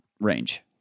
Range